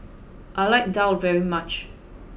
I like Daal very much